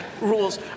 rules